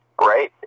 right